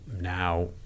now